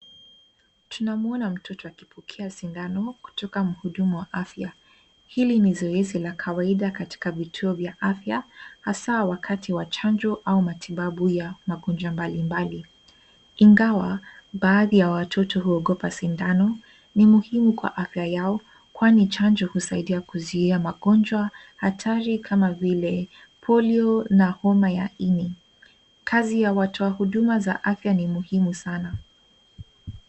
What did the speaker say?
Tunamuona mtoto akipokea sindano, kutoka mhudumu wa afya. Hili ni zoezi la kawaida katika vituo vya afya, hasa wakati wa chanjo au matibabu ya magonjwa mbalimbali. Ingawa ,baadhi ya watoto huogopa sindano, ni muhimu kwa afya yao, kwani chanjo husaidia kuzuia magonjwa hatari kama vile polio na homa ya ini. Kazi ya watu wa huduma za afya ni muhimu sana.